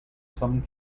some